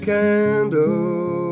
candle